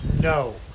No